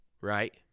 right